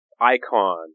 icon